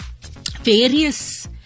various